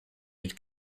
had